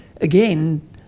again